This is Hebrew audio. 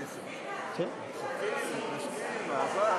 בבקשה, חבר